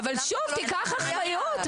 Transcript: אבל, שוב, תיקח אחריות.